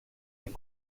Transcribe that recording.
est